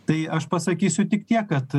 tai aš pasakysiu tik tiek kad